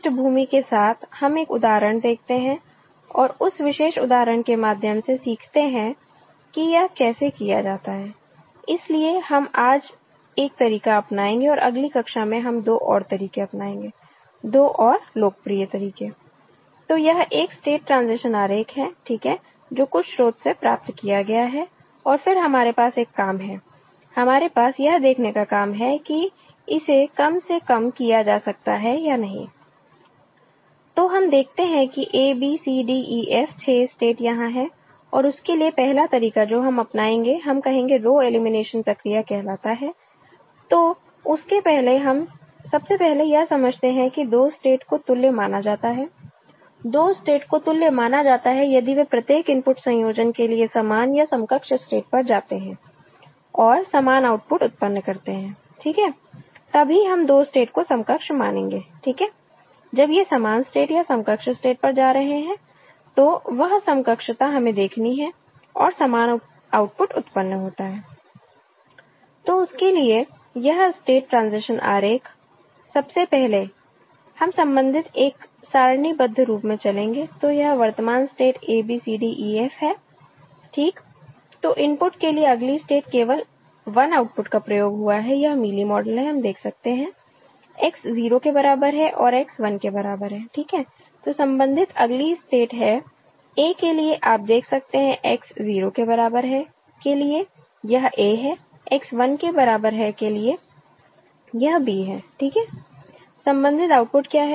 तो इस पृष्ठभूमि के साथ हम एक उदाहरण देखते हैं और उस विशेष उदाहरण के माध्यम से सीखते हैं कि यह कैसे किया जाता है इसलिए हम आज एक तरीका अपनाएँगे और अगली कक्षा में हम दो और तरीके अपनाएँगे दो और लोकप्रिय तरीके तो यह एक स्टेट ट्रांजिशन आरेख है ठीक है जो कुछ स्रोत से प्राप्त किया गया है और फिर हमारे पास एक काम है हमारे पास यह देखने का काम है कि इसे कम से कम किया जा सकता है या नहीं तो हम देखते हैं कि a b c d e f 6 state यहां है और उसके लिए पहला तरीका जो हम अपनाएंगे हम कहेंगे रो एलिमिनेशन प्रक्रिया कहलाता है तो उसके पहले हम सबसे पहले यह समझते हैं कि दो स्टेट को तुल्य माना जाता है दो स्टेट को तुल्य माना जाता है यदि वे प्रत्येक इनपुट संयोजन के लिए समान या समकक्ष स्टेट पर जाते हैं और समान आउटपुट उत्पन्न करते हैं ठीक है तब ही हम दो स्टेट को समकक्ष मानेंगे ठीक है जब ये समान स्टेट या समकक्ष स्टेट पर जा रहे हैं तो वह समकक्षता हमें देखनी है और समान आउटपुट उत्पन्न होता है तो उसके लिए यह स्टेट ट्रांजिशन आरेख सबसे पहले हम संबंधित एक सारणीबद्ध रूप में चलेंगे तो यह वर्तमान state a b c d e f है ठीक तो इनपुट के लिए अगली स्टेट केवल 1 इनपुट का प्रयोग हुआ है यह मीली मॉडल है हम देख सकते हैं X 0 के बराबर है और X 1 के बराबर है ठीक है तो संबंधित अगली स्टेट है a के लिए आप देख सकते हैं X 0 के बराबर है के लिए यह a है X 1 के बराबर है के लिए यह b है ठीक है संबंधित आउटपुट क्या है